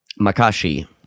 Makashi